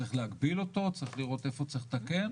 צריך להגביל אותו, צריך לראות איפה צריך לתקן,